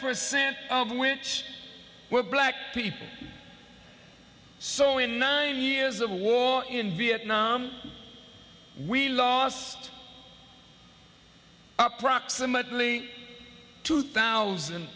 percent of which were black people so in nine years of war in vietnam we lost approximately two thousand